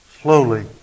slowly